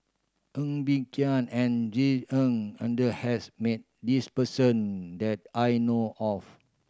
Ng Bee Kia and Ng Uhde has met this person that I know of